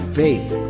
faith